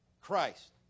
Christ